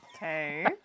okay